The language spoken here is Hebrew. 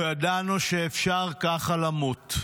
לא ידענו שאפשר ככה למות.